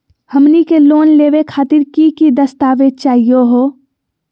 हमनी के लोन लेवे खातीर की की दस्तावेज चाहीयो हो?